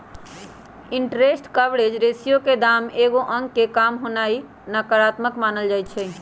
interest coverage ratio के दाम एगो अंक से काम होनाइ नकारात्मक मानल जाइ छइ